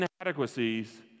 inadequacies